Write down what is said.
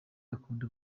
akunda